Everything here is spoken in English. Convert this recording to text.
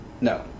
no